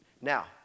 Now